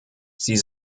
sie